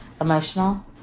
emotional